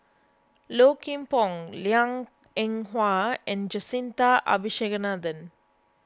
Low Kim Pong Liang Eng Hwa and Jacintha Abisheganaden